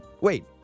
Wait